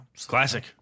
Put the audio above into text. Classic